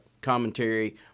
commentary